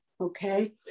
Okay